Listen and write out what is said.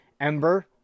Ember